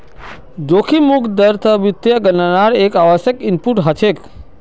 जोखिम मुक्त दर स वित्तीय गणनार एक आवश्यक इनपुट हछेक